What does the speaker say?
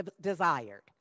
desired